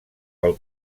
pel